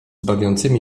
bawiącymi